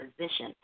position